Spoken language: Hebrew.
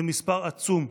זה מספר עצום.